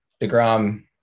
DeGrom